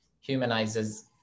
humanizes